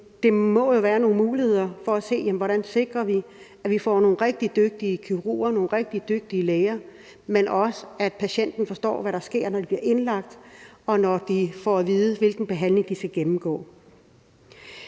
der må jo være nogle muligheder for at se på, hvordan vi sikrer, at vi får nogle rigtig dygtige kirurger, nogle rigtig dygtige læger, men også, at patienterne forstår, hvad der sker, når de bliver indlagt, og når de får at vide, hvilken behandling de skal gennemgå.